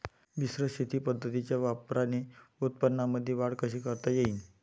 मिश्र शेती पद्धतीच्या वापराने उत्पन्नामंदी वाढ कशी करता येईन?